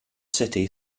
city